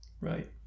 right